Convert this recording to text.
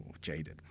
jaded